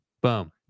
Boom